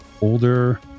older